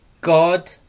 God